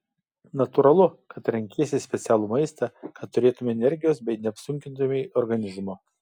natūralu kad renkiesi specialų maistą kad turėtumei energijos bei neapsunkintumei organizmo